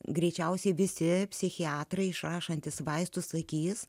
greičiausiai visi psichiatrai išrašantys vaistus sakys